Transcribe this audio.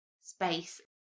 space